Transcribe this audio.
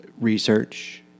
research